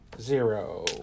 Zero